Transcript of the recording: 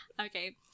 Okay